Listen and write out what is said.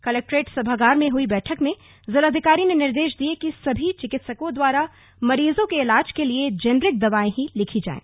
collectorate सभागार में हुई बैठक में जिलाधिकारी ने निर्देश दिये कि सभी चिकित्सकों द्वारा मरीजों को जैनरिक दवायें ही लिखी जाएं